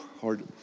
hard